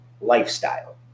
lifestyle